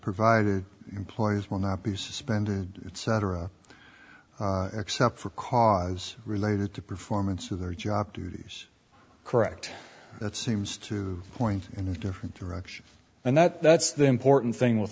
provided employees will not be suspended it's cetera except for cause related to performance of their job duties correct that seems to point in a different direction and that that's the important thing with